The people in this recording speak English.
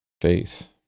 faith